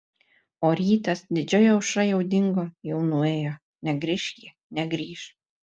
o rytas didžioji aušra jau dingo jau nuėjo negrįš ji negrįš